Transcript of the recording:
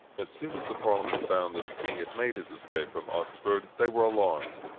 as soon as the parliament found that the king had made his escape from oxford, they were alarmed,